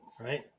Right